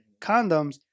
Condoms